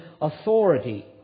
authority